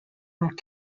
rock